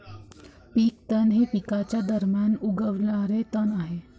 पीक तण हे पिकांच्या दरम्यान उगवणारे तण आहे